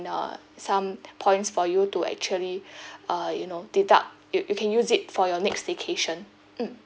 and uh some points for you to actually uh you know deduct you you can use it for your next staycation mm